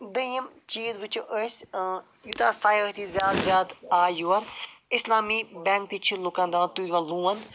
بیٚیہِ یِم چیٖز وُچھو أسۍ یوٗتاہ سحیٲتی زیادٕ زیادٕ آے یور اِسلامی بینٛک تہِ چھِ لُکن دپان تُہۍ دِوان لون